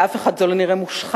לאף אחד זה לא נראה מושחת,